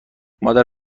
مادر